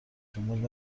جمهور